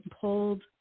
pulled